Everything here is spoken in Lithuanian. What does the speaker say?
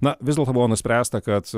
na vis dėlto buvo nuspręsta kad